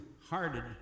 hearted